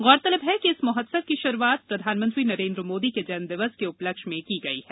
गौरतलब है कि इस महोत्सव की शुरूआत प्रधानमंत्री श्री नरेन्द्र मोदी के जन्मदिवस के उपलक्ष्य में की गई है